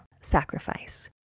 sacrifice